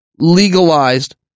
legalized